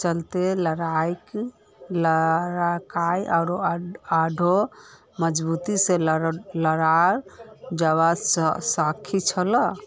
चलते लड़ाईक आढ़ौ मजबूती से लड़ाल जवा सखछिले